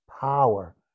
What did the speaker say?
power